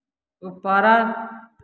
ଉପର